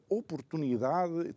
oportunidade